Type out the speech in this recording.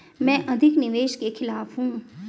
मैं अधिक निवेश के खिलाफ हूँ